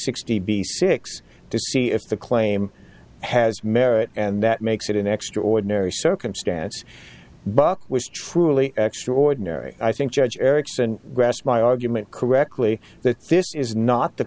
sixty b six to see if the claim has merit and that makes it an extraordinary circumstance but was truly extraordinary i think judge erickson grass my argument correctly that this is not the